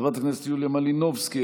חברת הכנסת יוליה מלינובסקי,